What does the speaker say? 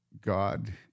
God